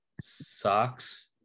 socks